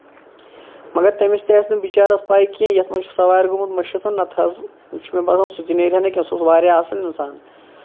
مَگر تٔمِس تہِ ٲسۍ نہٕ بِچارَس کیٚنٛہہ یَتھ منٛز چھُ سَوارِ گوٚمُت مٔشیٖد نہ تہٕ حظ چھُ مےٚ باسان سُہ تہِ نیرِ ہَنہٕ کیٚنٛہہ سُہ اوس واریاہ اَصٕل اِنسان